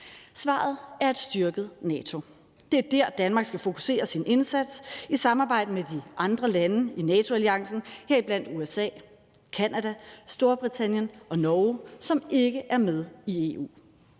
Svaret er et styrket NATO. Det er der, Danmark skal fokusere sin indsats i samarbejde med de andre lande i NATO-alliancen, heriblandt USA, Canada, Storbritannien og Norge, som ikke er med i EU.